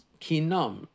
kinam